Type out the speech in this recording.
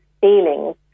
feelings